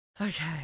Okay